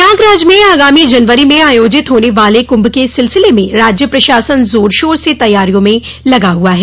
प्रयागराज में आगामी जनवरी में आयोजित होने वाले कुंभ के सिलसिले में राज्य प्रशासन जोर शोर से तैयारियों में लगा हुआ है